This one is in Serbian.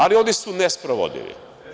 Ali, ovde su ne sprovodivi.